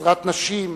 "עזרת נשים"